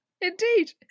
Indeed